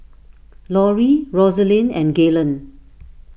Lauri Roselyn and Galen